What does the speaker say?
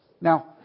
Now